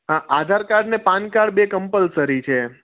હા આધાર કાડ ને પાનકાડ બે કમ્પલસરી છે